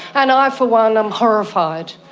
and i for one am horrified,